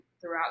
throughout